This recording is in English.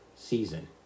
season